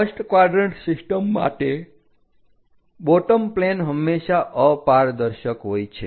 first quadrant system માટે bottom plane હંમેશા અપારદર્શક હોય છે